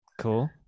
Cool